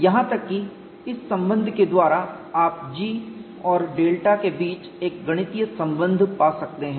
यहां तक की इस संबंध के द्वारा आप G और डेल्टा के बीच एक गणितीय संबंध पा सकते हैं